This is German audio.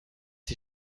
die